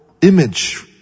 image